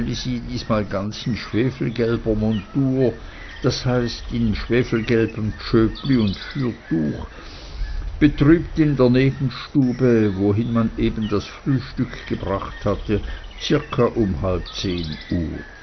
diesmal ganz in schwefelgelber montur das heißt in schwefelgelbem tschöpli und fürtuch betrübt in der nebenstube wohin man eben das frühstück gebracht hatte zirka um halb zehn uhr